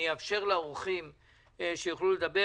אני אאפשר לאורחים לדבר.